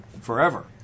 forever